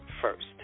first